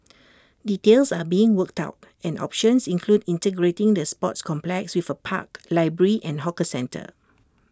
details are being worked out and options include integrating the sports complex with A park library and hawker centre